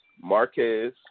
Marquez